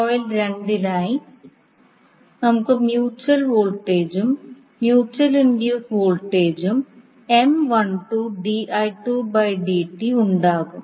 coil രണ്ടിനായി നമുക്ക് mutual വോൾട്ടേജും മ്യൂച്വൽ ഇൻഡ്യൂസ്ഡ് വോൾട്ടേജും ഉണ്ടാകും